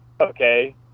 okay